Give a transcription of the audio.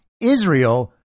Israel